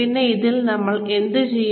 പിന്നെ ഇതിൽ നമ്മൾ എന്ത് ചെയ്യും